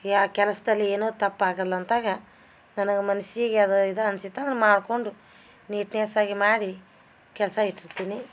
ಯಾವ ಕೆಲಸದಲ್ಲಿ ಏನು ತಪ್ಪಾಗಲ್ಲಂತಾಗ ನನಗೆ ಮನಸ್ಸಿಗೆ ಅದು ಇದಾ ಅನ್ಸಿತ್ತಂದ್ರೆ ಮಾಡ್ಕೊಂಡು ನೀಟ್ನೆಸ್ ಆಗಿ ಮಾಡಿ ಕೆಲಸ ಇಟ್ಟಿರ್ತೀನಿ